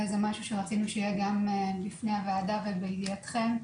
זה דבר שרצינו שיהיה גם בפני הוועדה ובידיעתכם.